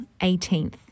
18th